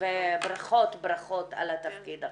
וברכות על התפקיד החדש.